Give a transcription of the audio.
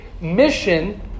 mission